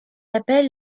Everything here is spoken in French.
appelle